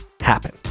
happen